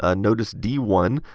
ah notice d one,